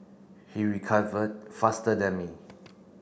he recovered faster than me